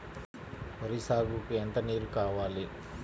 వరి సాగుకు ఎంత నీరు కావాలి?